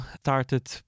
started